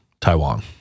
Taiwan